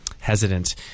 Hesitant